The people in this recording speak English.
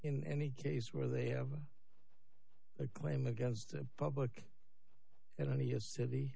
in any case where they have a claim against a public enemy as city